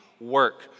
work